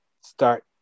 start